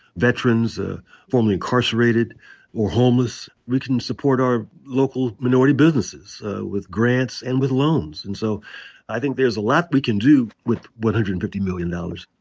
veterans, ah formerly incarcerated or homeless. we can support our local minority businesses with grants and with loans. and so i think there's a lot we can do with one hundred and fifty million dollars.